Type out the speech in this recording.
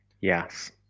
yes